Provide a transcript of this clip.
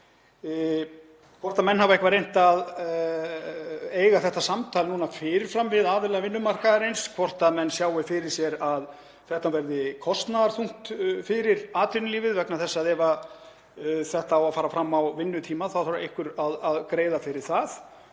hvort menn hafi eitthvað reynt að eiga þetta samtal fyrir fram við aðila vinnumarkaðarins, hvort menn sjái fyrir sér að þetta verði kostnaðarþungt fyrir atvinnulífið, vegna þess að ef þetta á að fara fram á vinnutíma þarf einhver að greiða fyrir það.